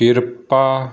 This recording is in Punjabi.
ਕਿਰਪਾ